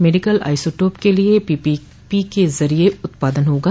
medical isotope के लिए PPP के जरिये उत्पादन होगा